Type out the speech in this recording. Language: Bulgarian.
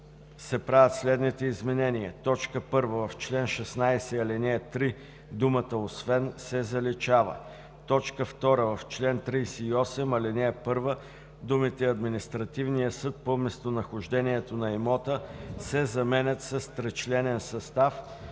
правят следните изменения: